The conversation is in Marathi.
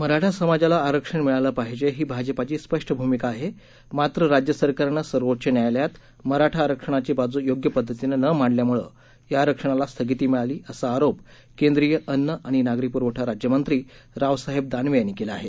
मराठा समाजाला आरक्षण मिळालं पाहिजे ही भाजपाची स्पष्ट भूमिका आहे मात्र राज्य सरकारनं सर्वोच्च न्यायालयात मराठा आरक्षणाची बाज् योग्य पध्दतीनं न मांडल्यामुळे या आरक्षणाला स्थगिती मिळाली असा आरोप केंद्रीय अन्न आणि नागरी प्रवठा राज्यमंत्री रावसाहेब दानवे यांनी केला आहे